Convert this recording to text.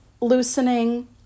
loosening